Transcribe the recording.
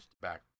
back